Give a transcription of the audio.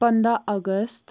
پَنٛداہ اَگست